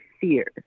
fear